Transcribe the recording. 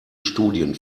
studien